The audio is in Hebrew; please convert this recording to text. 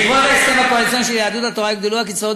בעקבות ההסכם הקואליציוני של יהדות התורה יוגדלו הקצבאות